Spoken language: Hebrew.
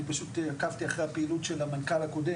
אני פשוט עקבתי אחרי הפעילות של המנכ"ל הקודם,